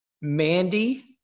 Mandy